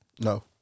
No